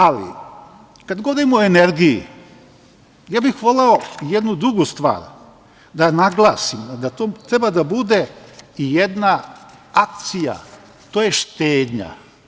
Ali kada govorimo o energiji, voleo bih jednu drugu stvar da naglasimo, da to treba da bude jedna akcija, to je štenja.